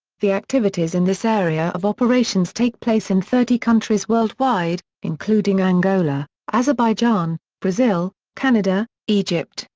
the activities in this area of operations take place in thirty countries worldwide, including angola, azerbaijan, brazil, canada, egypt,